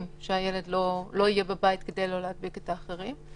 שהילד לא יהיה בבית כדי לא להדביק את האחרים.